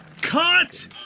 Cut